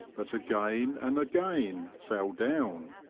but again and again fell down.